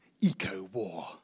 eco-war